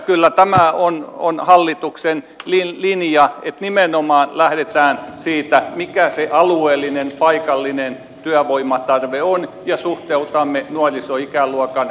kyllä tämä on hallituksen linja että nimenomaan lähdetään siitä mikä se alueellinen paikallinen työvoimatarve on ja suhteutamme nuorisoikäluokan koulutuksen siihen